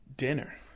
dinner